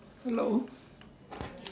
hello